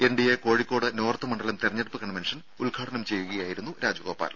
NDA Kozhikode north മണ്ഡലം തെരഞ്ഞെടുപ്പ് convention ഉദ്ഘാടനം ചെയ്യുകയായിരുന്നു രാജഗോപാൽ